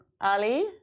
Ali